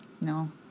No